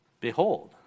Behold